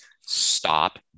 stop